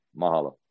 Mahalo